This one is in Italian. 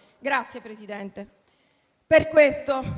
sia fondamentale.